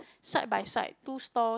side by side two store